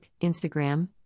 Instagram